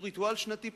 הוא ריטואל שנתי,